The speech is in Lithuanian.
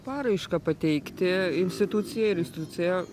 paraišką pateikti institucijai ir institucija